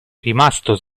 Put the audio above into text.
rimasto